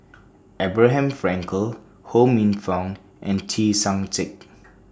Abraham Frankel Ho Minfong and